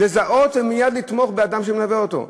לזהות ומייד לתמוך באדם שמלווה אותו.